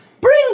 Bring